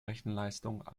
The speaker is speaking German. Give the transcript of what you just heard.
rechenleistung